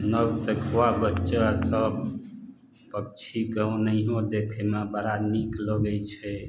नवसिखुआ बच्चा सब पक्षीके ओनाहियो देखयमे बड़ा नीक लगै छै